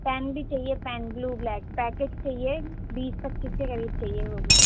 pain بھی چاہیے pen blue black packet چاہیے بیس پچیس کے قریب چاہیے وہ بھی